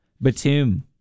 Batum